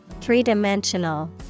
Three-dimensional